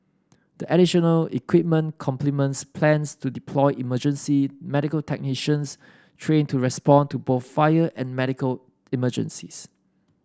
the additional equipment complements plans to deploy emergency medical technicians trained to respond to both fire and medical emergencies